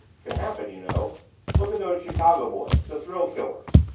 can happen you know look at those chicago boys the thrill-killers.